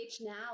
now